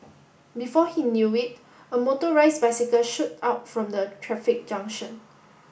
before he knew it a motorised bicycle shoot out from the traffic junction